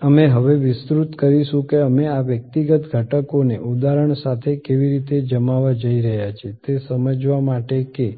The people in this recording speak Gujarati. અમે હવે વિસ્તૃત કરીશું કે અમે આ વ્યક્તિગત ઘટકોને ઉદાહરણો સાથે કેવી રીતે જમાવવા જઈ રહ્યા છીએ તે સમજવા માટે કે